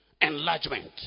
Enlargement